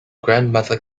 grandmother